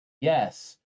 Yes